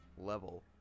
level